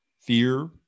fear